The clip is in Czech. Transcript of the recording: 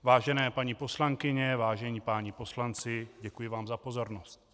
Vážené paní poslankyně, vážení páni poslanci, děkuji vám za pozornost.